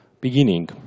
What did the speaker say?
beginning